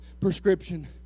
prescription